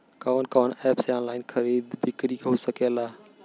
कवन कवन एप से ऑनलाइन खरीद बिक्री हो सकेला?